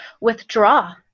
withdraw